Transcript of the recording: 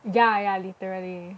ya ya literally